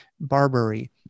Barbary